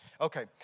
Okay